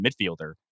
midfielder